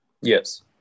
yes